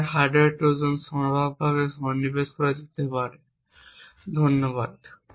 যেখানে hardware trojan সম্ভাব্যভাবে সন্নিবেশ করা যেতে পারে ধন্যবাদ